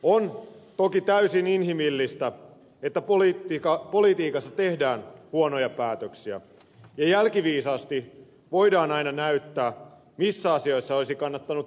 on toki täysin inhimillistä että politiikassa tehdään huonoja päätöksiä ja jälkiviisaasti voidaan aina näyttää missä asioissa olisi kannattanut toimia toisin